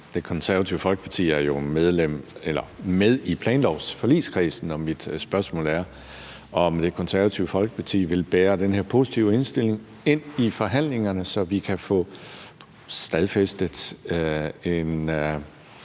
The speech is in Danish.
Det Konservative Folkeparti er jo med i planlovsforligskredsen, og mit spørgsmål er, om Det Konservative Folkeparti vil bære den her positive indstilling ind i forhandlingerne, så vi kan få stadfæstet –